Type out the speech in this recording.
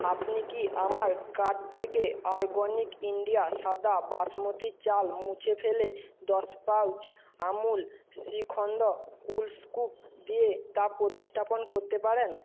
আপনি কি আমার কার্ট থেকে আরগনিক ইন্ডিয়া সাদা বাসমতি চাল মুছে ফেলে দশ pouch Amul shrikhand cool scoop দিয়ে তা প্রতিস্থাপন করতে পারেন